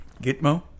Gitmo